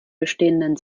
bestehenden